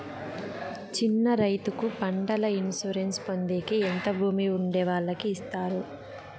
చిన్న రైతుకు పంటల ఇన్సూరెన్సు పొందేకి ఎంత భూమి ఉండే వాళ్ళకి ఇస్తారు?